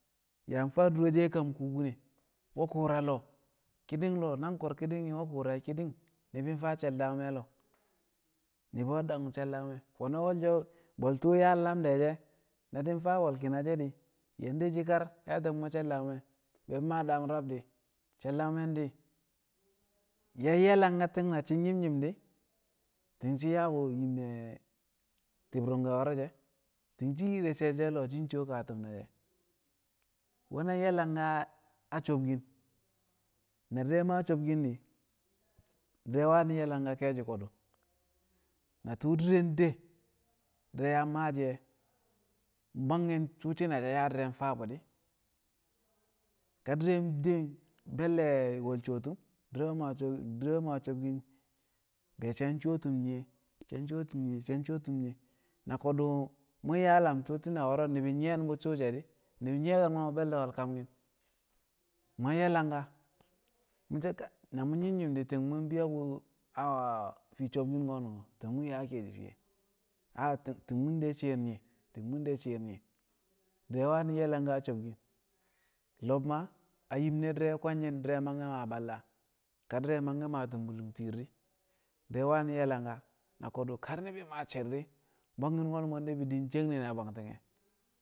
yaa faa dure she̱ a kam kubine we̱ ku̱u̱ra lo̱o̱ ki̱ni̱ng lo̱o̱ nang ko̱r ki̱ni̱ng we̱ ku̱u̱ra ki̱ni̱ng ni̱bi̱ faa she̱l dagme̱ a lo̱o̱ ni̱bi̱ we̱ daku̱m she̱l dagme̱ fo̱no̱ wolsho bwe̱l tu̱u̱ yaa lam de̱ na di̱ faa bwe̱l ki̱na she̱ di̱ yaa de shi̱ kar yaa te̱mmo̱ she̱l dagme̱ be̱ maa daam rab di̱ she̱l dagme̱ di̱i̱ di̱ yang ye̱ langka ti̱ng na shi̱ nyi̱m nyi̱m di̱ ti̱ng shi̱ yaa bu̱ a ti̱b ru̱ngke̱ wo̱ro̱ she̱ ti̱ng shi̱ yi de̱ she̱l she̱ a lo̱o̱ shi̱ coo ka tu̱m ne̱ she̱, we̱ na ye̱ langka a sobkin na dɪre̱ maa sobkin di̱re̱ wani̱ ye̱ langka a ke̱e̱shi̱ ko̱du̱ na tu̱u̱ di̱re̱ de di̱re̱ yang maashi̱ e̱ bwangki̱n suu shi̱ne̱ na yaa di̱re̱ faa bu̱ di̱ ka di̱re̱ de be̱lle̱ we̱l coo tu̱m di̱re̱ we̱ maa so- sobkin di̱re̱ we̱ maa sobkin be̱ shi̱ yang coo tu̱m yi shi̱ yang coo tu̱m yi shi̱ yang coo tu̱m yi na ko̱du̱ mu̱ yaa lam tu̱u̱ shi̱ne̱ wo̱ro̱ ni̱bi̱ nyi̱ye̱m bu̱ suu di̱ ni̱bi̱ nyi̱ƴe̱n be̱lle̱ we̱l kamkɪn mu̱ yang ye̱ langka mu̱ so̱ ka ti̱ng na mu̱ nyɪm nyi̱m di̱ ti̱ng mu̱ bi̱yo̱ bu̱ a fii sobkin ko̱ ti̱ng mu̱ yaa ke̱e̱shi̱ fiye a ti̱ng mu̱ de shi̱i̱r nyi ti̱ng de shi̱i̱ ƴi di̱re̱ wani̱ ƴe̱ langka sobkin lo̱b ma a yim di̱re̱ kwe̱ngshi̱n dɪre̱ mangke̱ maa balla ka di̱re̱ mangke̱ maa tu̱mbu̱lu̱ng tir di̱ di̱re̱ wanɪ ye̱ langka na ko̱du̱ ni̱bi̱ kar we̱ maa ni̱bi̱ ceknin a bwangti̱nge̱,